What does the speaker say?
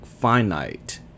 finite